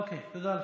אוקיי, תודה.